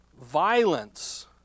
violence